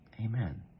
Amen